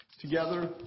Together